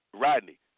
Rodney